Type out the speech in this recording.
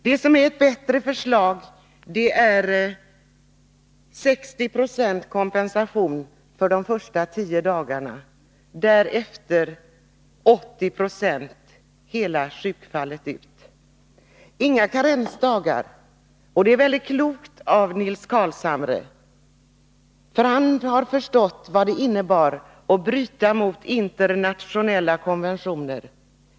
Det bättre förslaget innebär 60 26 kompensation under de första tio dagarna och därefter 80 90 resten av sjuktiden. Det är alltså inte fråga om några karensdagar, och det är mycket klokt av Nils Carlshamre. Han har förstått vad det innebär att bryta mot internationella konventioner.